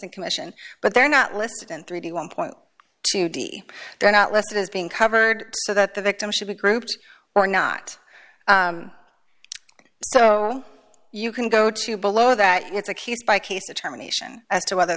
the commission but they're not listed in three d one point two d they're not listed as being covered so that the victims should be grouped or not so you can go to below that it's accused by case determination as to whether